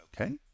okay